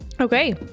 Okay